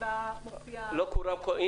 שבה מופיע --- אני,